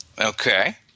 Okay